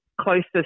closest